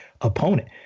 opponent